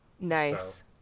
nice